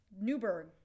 Newberg